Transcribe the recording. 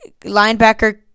Linebacker